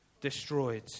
destroyed